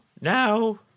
Now